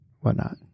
whatnot